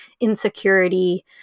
insecurity